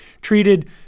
treated